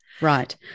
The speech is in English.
Right